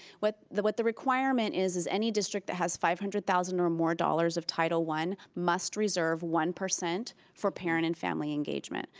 what the what the requirement is, is any district that has five hundred thousand or more dollars of title one must reserve one percent for parent and family engagement,